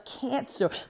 cancer